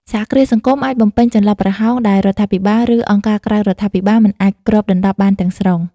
សហគ្រាសសង្គមអាចបំពេញចន្លោះប្រហោងដែលរដ្ឋាភិបាល ឬអង្គការក្រៅរដ្ឋាភិបាលមិនអាចគ្របដណ្តប់បានទាំងស្រុង ។